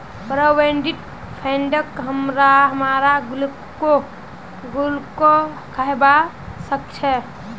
provident फंडक हमरा गुल्लको कहबा सखछी